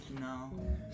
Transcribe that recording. No